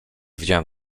widziałem